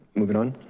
moving on,